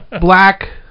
black